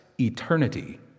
eternity